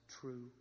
true